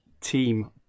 team